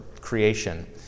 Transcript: creation